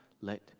let